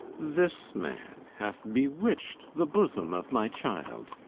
this man hath bewitch'd the bosom of my child.